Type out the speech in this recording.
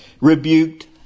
rebuked